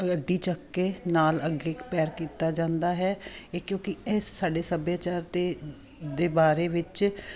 ਅੱਡੀ ਚੱਕ ਕੇ ਨਾਲ ਅੱਗੇ ਪੈਰ ਕੀਤਾ ਜਾਂਦਾ ਹੈ ਇਹ ਕਿਉਂਕਿ ਇਹ ਸਾਡੇ ਸੱਭਿਆਚਾਰ 'ਤੇ ਦੇ ਬਾਰੇ ਵਿੱਚ